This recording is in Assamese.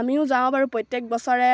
আমিও যাওঁ বাৰু প্ৰত্যেক বছৰে